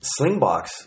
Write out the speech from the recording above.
Slingbox